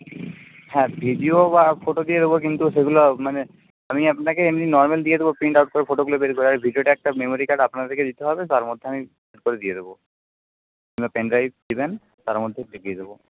হ্যাঁ ভিডিও বা ফটো দিয়ে দেবো কিন্তু সেগুলো মানে আমি আপনাকে এমনি নর্মাল দিয়ে দেবো প্রিন্টআউট করে ফটোগুলা বের করে আর ভিডিওর একটা মেমরি কার্ড আপনাদেরকে দিতে হবে তার মধ্যে আমি করে দিয়ে দেবো কিংবা পেন ড্রাইভ দেবেন তার মধ্যে দিয়ে দেবো